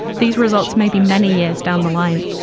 these results may be many years down the line.